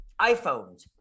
iphones